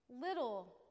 little